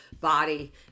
body